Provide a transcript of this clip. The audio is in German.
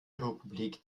republik